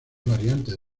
variantes